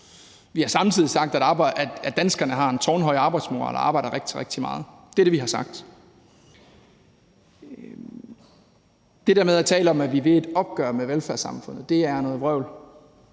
Vi har samtidig sagt, at danskerne har en tårnhøj arbejdsmoral og arbejder rigtig, rigtig meget. Det er det, vi har sagt. Det der med at tale om, at vi vil et opgør med velfærdssamfundet, er noget vrøvl.